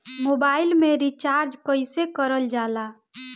Mobile में recharge कइसे करल जाला?